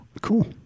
Cool